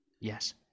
Yes